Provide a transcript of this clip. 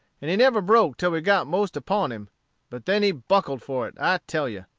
and he never broke till we got most upon him but then he buckled for it, i tell you.